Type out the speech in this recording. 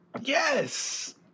yes